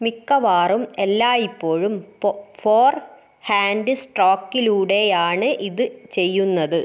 മിക്കവാറും എല്ലായിപ്പോഴും പോ ഫോർ ഹാൻഡ് സ്ട്രോക്കിലൂടെയാണ് ഇത് ചെയ്യുന്നത്